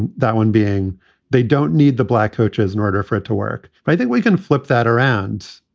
and that one being they don't need the black coaches in order for it to work. but i think we can flip that around,